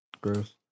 Gross